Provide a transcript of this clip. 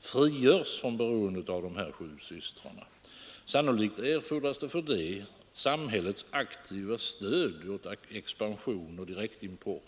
frigörs från beroende av De sju systrarna. Sannolikt erfordras för detta samhällets aktiva stöd åt expansion och direktimport.